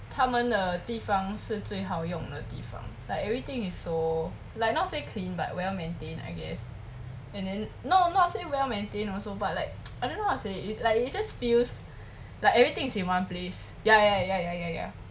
他们的地方是最好用的地方 like everything is so like not say clean but well maintained I guess and then no not say well maintained also but like I don't know how to say like you just feels like everything is in one place ya ya ya ya ya ya